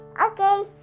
Okay